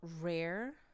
rare